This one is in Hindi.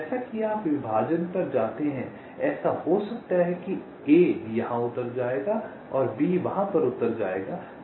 जैसा कि आप विभाजन पर जाते हैं ऐसा हो सकता है कि A यहां उतर जाएगा और B वहां पर उतर जाएगा